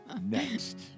Next